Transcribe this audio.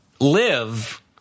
live